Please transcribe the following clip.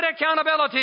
accountability